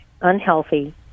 unhealthy